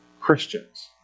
Christians